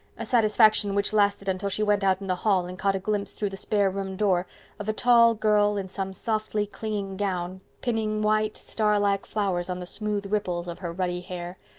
a satisfaction which lasted until she went out in the hall and caught a glimpse through the spare room door of a tall girl in some softly clinging gown, pinning white, star-like flowers on the smooth ripples of her ruddy hair.